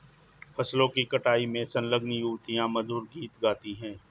फसलों की कटाई में संलग्न युवतियाँ मधुर गीत गाती हैं